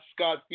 Scott